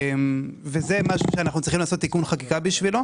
וזה דבר שאנחנו צריכים לעשות תיקון חקיקה בשבילו.